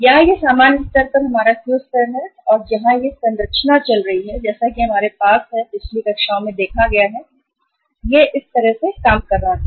यहां यह सामान्य स्तर पर हमारा Q स्तर है और जहां यह संरचना चल रही है जैसा कि हमारे पास है पिछली कक्षाओं में देखा गया यह इस तरह काम कर रहा था